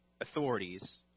authorities